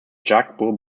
jacques